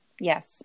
yes